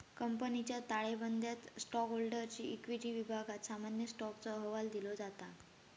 कंपनीच्या ताळेबंदयात स्टॉकहोल्डरच्या इक्विटी विभागात सामान्य स्टॉकचो अहवाल दिलो जाता